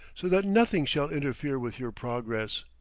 so that nothing shall interfere with your progress.